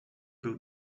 był